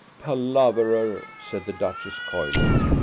palaverer! said the duchess coyly.